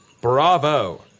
bravo